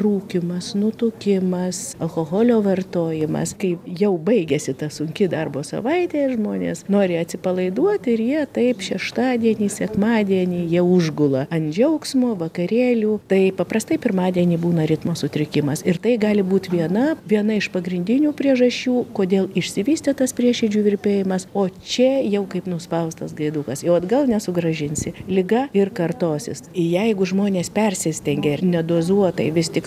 rūkymas nutukimas alkoholio vartojimas kai jau baigiasi ta sunki darbo savaitė žmonės nori atsipalaiduoti ir jie taip šeštadienį sekmadienį jie užgula ant džiaugsmo vakarėlių tai paprastai pirmadienį būna ritmo sutrikimas ir tai gali būt viena viena iš pagrindinių priežasčių kodėl išsivystė tas prieširdžių virpėjimas o čia jau kaip nuspaustas gaidukas jo atgal nesugrąžinsi liga ir kartosis jeigu žmonės persistengia ir nedozuotai vis tik